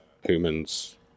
humans